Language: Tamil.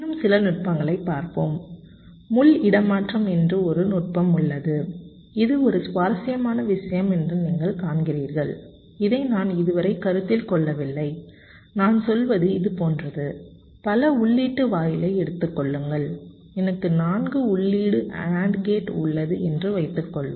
இன்னும் சில நுட்பங்களைப் பார்ப்போம் முள் இடமாற்றம் என்று ஒரு நுட்பம் உள்ளது இது ஒரு சுவாரஸ்யமான விஷயம் என்று நீங்கள் காண்கிறீர்கள் இதை நான் இதுவரை கருத்தில் கொள்ளவில்லை நான் சொல்வது இது போன்றது பல உள்ளீட்டு வாயிலை எடுத்துக் கொள்ளுங்கள் எனக்கு 4 உள்ளீட்டு NAND கேட் உள்ளது என்று வைத்துக்கொள்வோம்